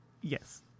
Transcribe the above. Yes